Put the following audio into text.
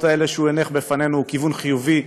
האלה שהוא הניח בפנינו הוא כיוון חיובי,